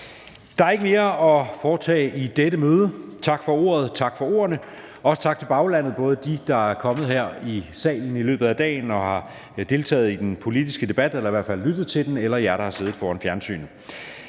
Der er ikke mere at foretage i dette møde. Tak for ordet, og tak for ordene. Også tak til baglandet, både dem, der er kommet her i salen i løbet af dagen og har deltaget i den politiske debat eller i hvert fald lyttet til den, og jer, der har siddet foran fjernsynet.